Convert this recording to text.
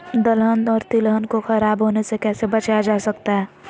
दलहन और तिलहन को खराब होने से कैसे बचाया जा सकता है?